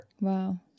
Wow